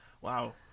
Wow